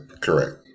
Correct